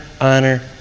honor